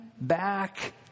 back